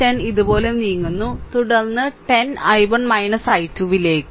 10 ഇതുപോലെ നീങ്ങുന്നു തുടർന്ന് 10 I1 I2 ലേക്ക്